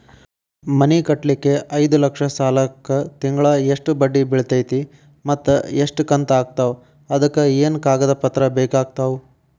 ಮನಿ ಕಟ್ಟಲಿಕ್ಕೆ ಐದ ಲಕ್ಷ ಸಾಲಕ್ಕ ತಿಂಗಳಾ ಎಷ್ಟ ಬಡ್ಡಿ ಬಿಳ್ತೈತಿ ಮತ್ತ ಎಷ್ಟ ಕಂತು ಆಗ್ತಾವ್ ಅದಕ ಏನೇನು ಕಾಗದ ಪತ್ರ ಬೇಕಾಗ್ತವು?